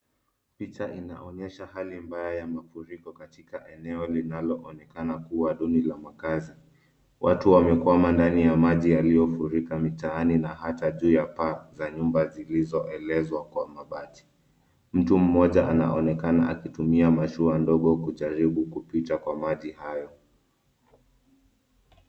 Picha inaonyesha hali mbaya ya mafuriko katika eneo linaloonekana kuwa duni la makazi. Watu wamekwama ndani ya maji yaliyofurika mitaani na hata juu ya paa za nyumba zilizoezekwa Kwa mabati. Mtu mmoja anaonekana kutumia mashua ndogo kujaribu kupita kwenye maji hayo.